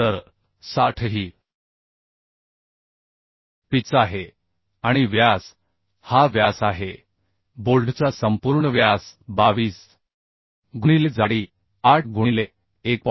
तर 60 ही पिच आहे आणि व्यास हा व्यास आहे बोल्टचा संपूर्ण व्यास 22 गुणिले जाडी 8 गुणिले 1